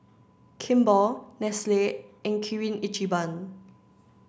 Kimball Nestle and Kirin Ichiban